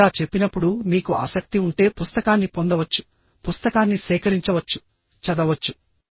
నేను ఇలా చెప్పినప్పుడు మీకు ఆసక్తి ఉంటే పుస్తకాన్ని పొందవచ్చు పుస్తకాన్ని సేకరించవచ్చు చదవవచ్చు